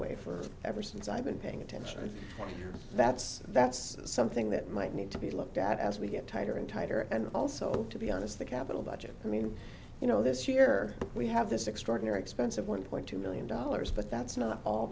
way for ever since i've been paying attention and that's that's something that might need to be looked at as we get tighter and tighter and also to be honest the capital budget i mean you know this year we have this extraordinary expense of one point two million dollars but that's not all